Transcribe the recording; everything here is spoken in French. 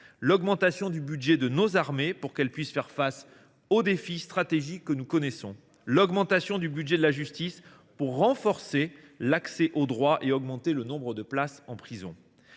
l’augmentation du budget de nos armées pour qu’elles puissent faire face aux défis stratégiques que nous connaissons ; l’augmentation du budget de la justice pour renforcer l’accès au droit et augmenter le nombre de places en prison.